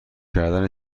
کردن